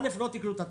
לא תיקנו את התקנה.